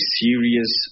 serious